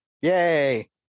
yay